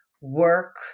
work